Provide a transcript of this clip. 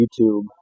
youtube